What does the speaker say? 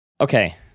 Okay